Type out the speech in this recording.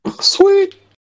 Sweet